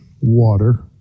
water